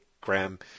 Graham